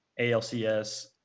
ALCS